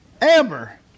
Amber